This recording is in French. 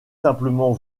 simplement